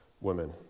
women